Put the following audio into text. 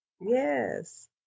Yes